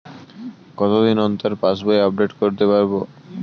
কতদিন অন্তর পাশবই আপডেট করতে পারব?